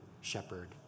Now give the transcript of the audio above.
shepherd